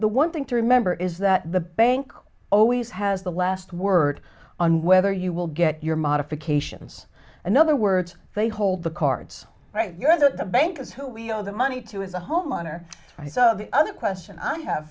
the one thing to remember is that the bank always has the last word on whether you will get your modifications another word they hold the cards right you end up the bankers who we owe the money to is the homeowner is of the other question i have